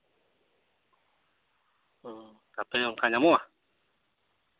ᱦᱩᱸ ᱠᱟᱛᱷᱟ ᱚᱝᱠᱟ ᱧᱟᱢᱚᱜᱼᱟ